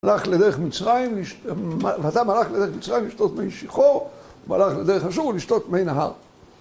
הלך לדרך מצרים לשתות מי שיחור והלך לדרך אשור לשתות מי נהר